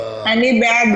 נגד,